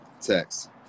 Text